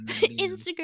instagram